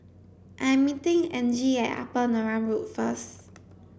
I am meeting Angie at Upper Neram Road first